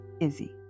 Izzy